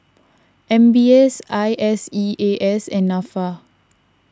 M B S I S E A S and Nafa